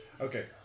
Okay